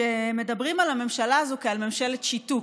שמדברים על הממשלה הזאת כעל ממשלת שיתוק.